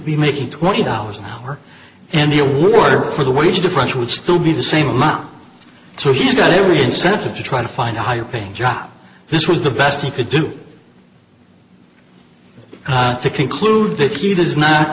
be making twenty dollars an hour and the award for the wage differential would still be the same amount so he's got every incentive to try to find a higher paying job this was the best he could do to conclude that he does not